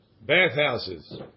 bathhouses